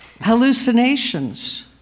Hallucinations